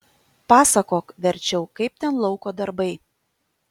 pasakok verčiau kaip ten lauko darbai